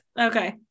Okay